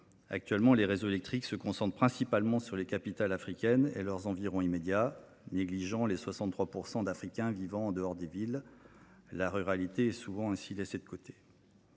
Actuellement, les réseaux électriques se concentrent principalement sur les capitales africaines et leurs environs immédiats, négligeant les 63 % d’Africains vivant en dehors des villes. La ruralité est ainsi souvent laissée de côté.